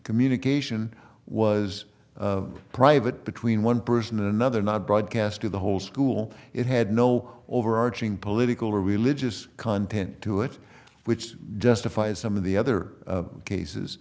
communication was private between one person another not broadcast to the whole school it had no overarching political or religious content to it which justifies some of the other cases